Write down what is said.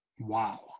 Wow